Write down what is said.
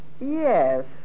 Yes